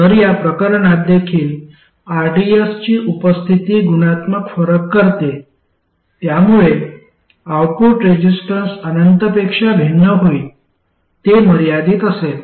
तर या प्रकरणात देखील rds ची उपस्थिती गुणात्मक फरक करते यामुळे आउटपुट रेसिस्टन्स अनंतपेक्षा भिन्न होईल ते मर्यादित असेल